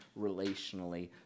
relationally